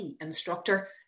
instructor